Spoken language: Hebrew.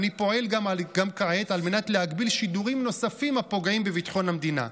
אני פועל כעת גם על מנת להגביל שידורים נוספים הפוגעים בביטחון המדינה,